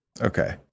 okay